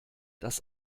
das